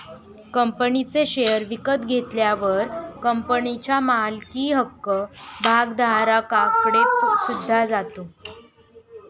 कंपनीचे शेअर विकत घेतल्यावर कंपनीच्या मालकी हक्क भागधारकाकडे सुद्धा जातो